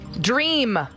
dream